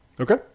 okay